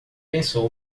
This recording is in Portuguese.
pensou